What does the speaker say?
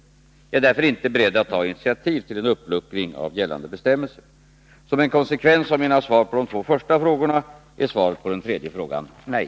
Jag är därför inte beredd att ta initiativ till en uppluckring av gällande bestämmelser. Som en konsekvens av mina svar på de två första frågorna är svaret på den tredje frågan nej.